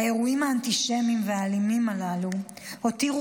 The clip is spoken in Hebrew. האירועים האנטישמיים והאלימים הללו הותירו